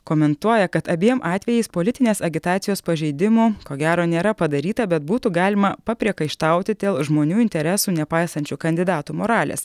komentuoja kad abiem atvejais politinės agitacijos pažeidimų ko gero nėra padaryta bet būtų galima papriekaištauti dėl žmonių interesų nepaisančių kandidatų moralės